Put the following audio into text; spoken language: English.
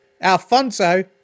Alfonso